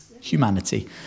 humanity